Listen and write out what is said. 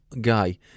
guy